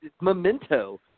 memento